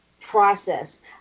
process